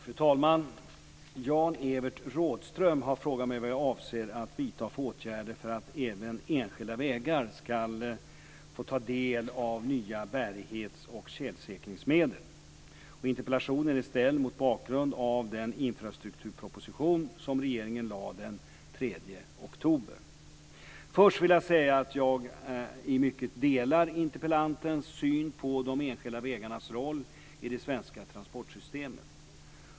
Fru talman! Jan-Evert Rådhström har frågat mig vad jag avser att vidta för åtgärder för att även enskilda vägar ska få ta del av nya bärighets och tjälsäkringsmedel. Interpellationen är ställd mot bakgrund av den infrastrukturproposition som regeringen lade den 3 oktober. Först vill jag säga att jag i mycket delar interpellantens syn på de enskilda vägarnas roll i det svenska transportsystemet.